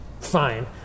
fine